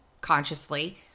consciously